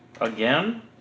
Again